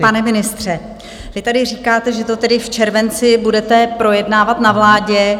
Tak pane ministře, vy tady říkáte, že to tedy v červenci budete projednávat na vládě.